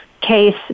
case